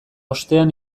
ostean